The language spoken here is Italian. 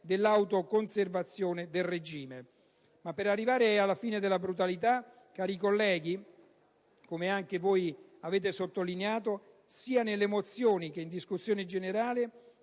dell'autoconservazione del regime. Ma per arrivare alla fine delle brutalità, cari colleghi, come anche voi avete sottolineato sia nelle mozioni che in discussione generale,